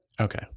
Okay